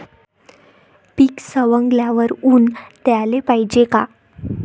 पीक सवंगल्यावर ऊन द्याले पायजे का?